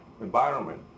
environment